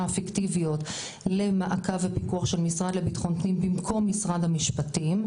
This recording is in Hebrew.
הפיקטיביות למעקב ופיקוח של המשרד לביטחון פנים במקום משרד המשפטים.